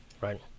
right